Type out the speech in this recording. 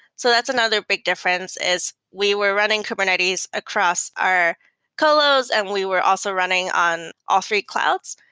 so that's another big difference, is we were running kubernetes across our colos and we were also running on all three clouds.